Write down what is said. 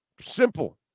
Simple